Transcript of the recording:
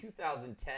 2010